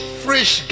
fresh